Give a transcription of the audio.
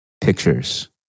pictures